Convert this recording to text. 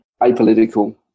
apolitical